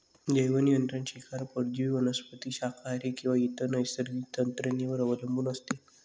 जैवनियंत्रण शिकार परजीवी वनस्पती शाकाहारी किंवा इतर नैसर्गिक यंत्रणेवर अवलंबून असते